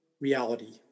reality